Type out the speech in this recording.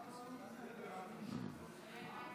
הרווחה והבריאות,